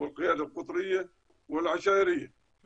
ושולח איזה אח מבוגר ממנו אשר מקלקל